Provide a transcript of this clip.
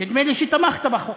נדמה לי שתמכת בחוק.